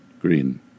Green